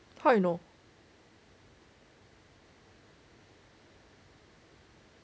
how you know